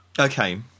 Okay